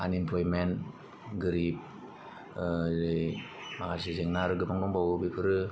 unemployment गोरिब माखासे जेंना आरो गोबां दंबावो बेफोरो